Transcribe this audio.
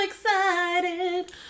excited